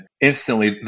instantly